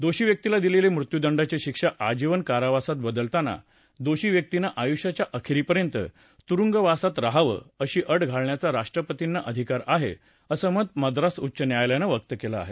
दोषी व्यक्तीला दिलेली मृत्यूदंडाची शिक्षा आजीवन कारावासात बदलताना दोषी व्यक्तींनं आयुष्याच्या अखेरीपर्यंत तुरुंगवासात रहावं अशी अट घालण्याचा राष्ट्रपतींना अधिकार आहे असं मत मद्रास उच्च न्यायालयानं व्यक्त केलं आहे